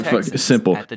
Simple